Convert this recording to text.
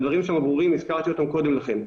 הדברים שם הם ברורים והזכרתי אותם קודם לכן.